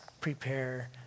prepare